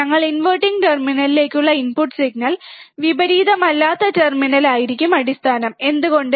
ഞങ്ങൾ ഇൻവെർട്ടിംഗ് ടെർമിനലിലേക്കുള്ള input signal വിപരീതമല്ലാത്ത ടെർമിനൽ ആയിരിക്കും അടിസ്ഥാനം എന്തുകൊണ്ട്